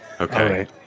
Okay